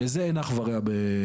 לזה אין אח ורע במיסים.